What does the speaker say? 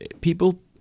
People